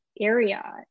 area